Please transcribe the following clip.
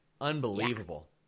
Unbelievable